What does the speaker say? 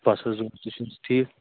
بہٕ حظ تُہۍ چھِو حظ ٹھیٖک